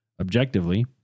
Objectively